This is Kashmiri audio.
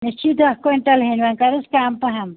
مےٚ چھِی دَہ کۅینٛٹل ہیٚنۍ وۅنۍ کَرُس کَم پہم